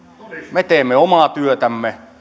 me teemme omaa työtämme